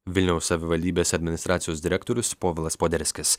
vilniaus savivaldybės administracijos direktorius povilas poderskis